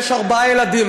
לי יש ארבעה ילדים,